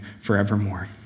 forevermore